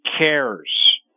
cares